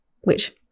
which-